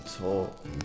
talk